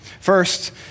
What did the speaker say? First